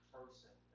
person